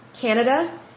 Canada